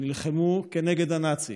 שנלחמו נגד הנאצים,